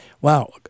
wow